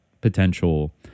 potential